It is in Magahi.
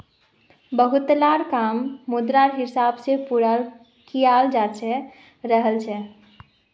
बहुतला काम मुद्रार हिसाब से पूरा कियाल जाते रहल छे